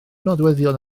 nodweddion